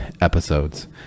episodes